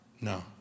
No